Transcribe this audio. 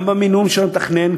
גם במימון של המתכנן,